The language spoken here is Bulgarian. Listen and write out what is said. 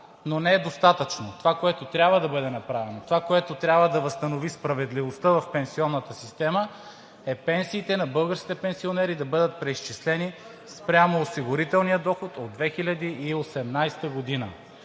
но не е достатъчно. Това, което трябва да бъде направено, това, което трябва да възстанови справедливостта в пенсионната система, е пенсиите на българските пенсионери да бъдат преизчислени спрямо осигурителния доход от 2018 г.